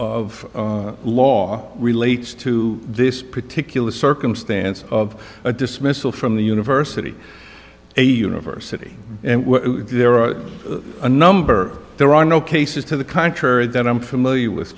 of law relates to this particular circumstance of a dismissal from the university a university and there are a number there are no cases to the contrary that i'm familiar with